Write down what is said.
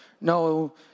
no